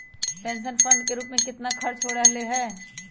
Pension fund के रूप में कितना खर्च हो रहले है?